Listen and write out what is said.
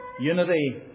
unity